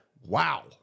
Wow